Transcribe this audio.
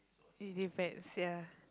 it depends ya